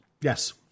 Yes